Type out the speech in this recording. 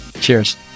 Cheers